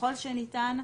ככל הניתן,